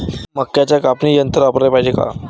मक्क्याचं कापनी यंत्र वापराले पायजे का?